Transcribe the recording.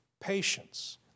patience